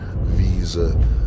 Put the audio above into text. Visa